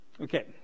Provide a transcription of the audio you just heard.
Okay